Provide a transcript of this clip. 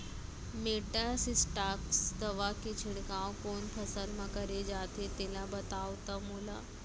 Metasystox दवा के छिड़काव कोन फसल म करे जाथे तेला बताओ त मोला?